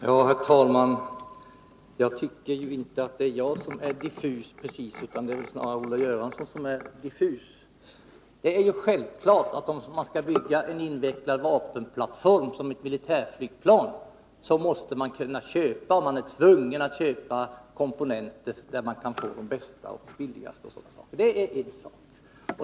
Herr talman! Jag tycker inte att det är jag som är diffus, utan det är väl snarare Olle Göransson som är det. Om man skall bygga en invecklad vapenplattform som ett militärflygplan, är det självklart att man är tvungen att köpa komponenter där man kan få dem bäst och billigast.